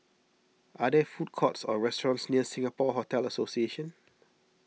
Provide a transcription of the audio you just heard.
are there food courts or restaurants near Singapore Hotel Association